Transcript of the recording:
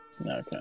Okay